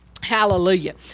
Hallelujah